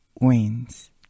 wins